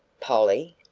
polly?